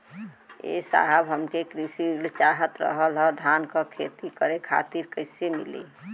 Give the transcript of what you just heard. ए साहब हमके कृषि ऋण चाहत रहल ह धान क खेती करे खातिर कईसे मीली?